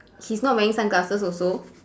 he's not wearing sunglasses also